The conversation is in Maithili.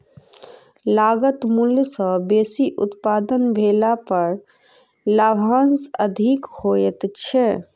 लागत मूल्य सॅ बेसी उत्पादन भेला पर लाभांश अधिक होइत छै